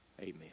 Amen